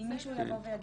אם מישהו יבוא ויגיד,